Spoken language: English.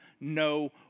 No